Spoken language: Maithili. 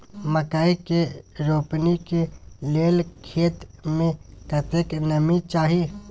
मकई के रोपनी के लेल खेत मे कतेक नमी चाही?